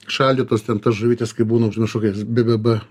šaldytos ten tas žuvytės kai būna užmiršau kaip jos bbb